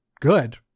good